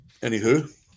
Anywho